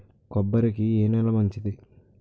కొబ్బరి కి ఏ నేల మంచిది?